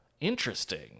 Interesting